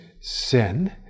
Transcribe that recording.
sin